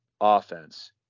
offense